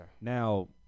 Now